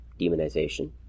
demonization